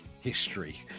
history